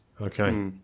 Okay